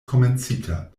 komencita